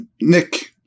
Nick